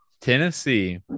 Tennessee